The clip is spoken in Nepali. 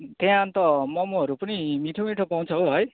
त्यहाँ अन्त मोमोहरू पनि मिठो मिठो पाउँछ हो है